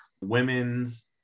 women's